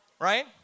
Right